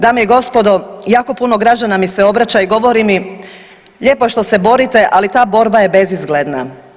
Dame i gospodo, jako puno građana mi se obraća i govori mi, lijepo je što se borite, ali ta borba je bezizgledna.